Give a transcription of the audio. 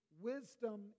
wisdom